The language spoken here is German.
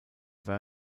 der